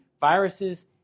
viruses